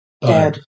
Dead